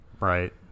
Right